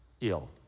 ill